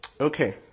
Okay